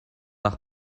nach